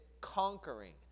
conquering